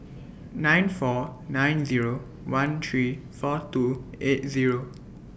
nine four nine Zero one three four two eight Zero